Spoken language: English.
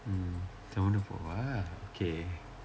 mm செவ்வந்தி பூவா:sevvanthi puvaa okay